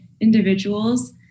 individuals